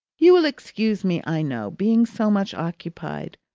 you will excuse me, i know, being so much occupied.